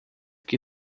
que